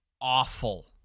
awful